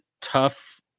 tough